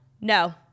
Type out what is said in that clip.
no